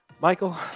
Michael